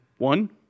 one